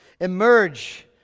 emerge